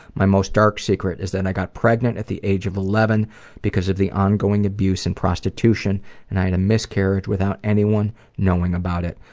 my most dark secret is that i got pregnant at the age of eleven because of the ongoing abuse and prostitution and i had a miscarriage without anyone knowing about it.